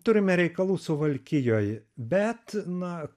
turime reikalų suvalkijoj bet na